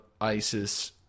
ISIS